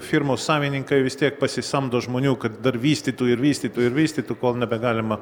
firmos savininkai vis tiek pasisamdo žmonių kad dar vystytų ir vystytų ir vystytų kol nebegalima